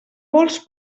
vols